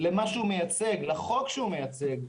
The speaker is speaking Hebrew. לחוק שהוא מייצג,